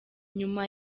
nyuma